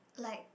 like